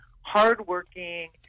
hardworking